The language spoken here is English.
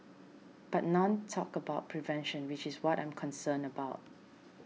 but none talked about prevention which is what I'm concerned about